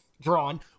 drawn